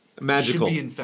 Magical